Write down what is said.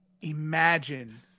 Imagine